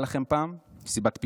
הייתה לכם פעם מסיבת פיג'מות?